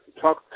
Talk